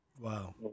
Wow